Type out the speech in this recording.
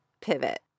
pivot